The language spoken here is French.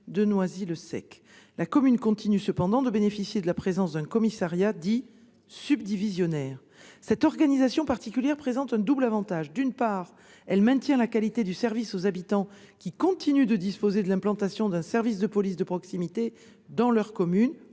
de Noisy-le-Sec. La commune continue cependant de bénéficier de la présence d'un commissariat dit « subdivisionnaire ». Cette organisation particulière présente un double avantage : d'une part, elle maintient la qualité du service aux habitants, qui continuent de disposer de l'implantation d'un service de police de proximité dans leur commune,